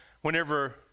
whenever